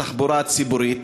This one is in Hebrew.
בתחבורה הציבורית,